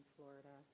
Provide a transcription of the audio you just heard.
Florida